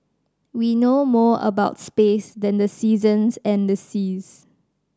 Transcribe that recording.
we know more about space than the seasons and the seas